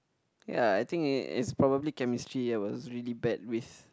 ya I think it is probably chemistry I was really bad with